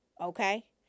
okay